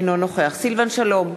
אינו נוכח סילבן שלום,